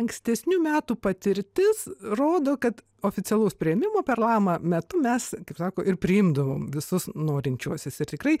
ankstesnių metų patirtis rodo kad oficialaus priėmimo per lama metu mes kaip sako ir priimdavom visus norinčiuosius ir tikrai